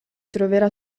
troverà